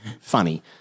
funny